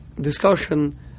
discussion